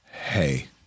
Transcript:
Hey